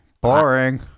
Boring